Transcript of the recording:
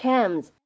Cam's